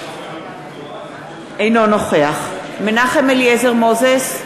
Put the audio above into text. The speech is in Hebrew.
אינו נוכח מנחם אליעזר מוזס,